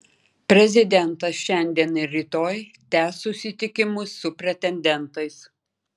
prezidentas šiandien ir rytoj tęs susitikimus su pretendentais